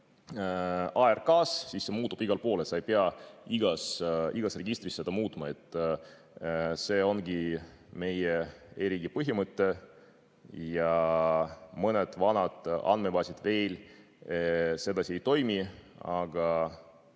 ARK-is, siis see muutub igal pool ja sa ei pea igas registris seda muutma. See ongi meie e-riigi põhimõte. Mõned vanad andmebaasid veel sedasi ei toimi, aga